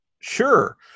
Sure